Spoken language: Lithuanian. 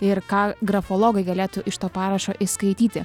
ir ką grafologai galėtų iš to parašo išskaityti